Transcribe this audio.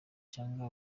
cyangwa